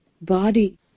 body